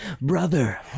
brother